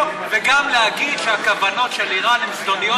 וגם להגיד שהכוונות של איראן הן זדוניות,